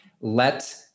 Let